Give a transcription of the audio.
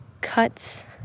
cuts